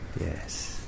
Yes